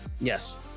Yes